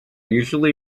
usually